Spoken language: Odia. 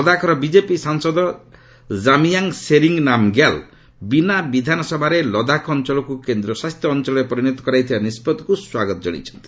ଲଦାଖର ବିଜେପି ସାଂସଦ ଜାମିୟାଙ୍ଗ ସେରିଙ୍ଗ ନାମଗ୍ୟାଲ ବିନା ବିଧାନସଭାରେ ଲଦାଖ ଅଞ୍ଚଳକୁ କେନ୍ଦ୍ରଶାସିତ ଅଞ୍ଚଳରେ ପରିଣତ କରାଯାଇଥିବା ନିଷ୍ପଭିକୁ ସ୍ୱାଗତ ଜଣାଇଛନ୍ତି